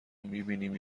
میبینیم